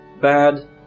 bad